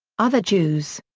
other jews.